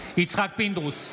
פינדרוס,